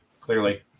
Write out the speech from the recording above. clearly